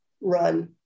run